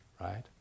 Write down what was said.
right